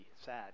sad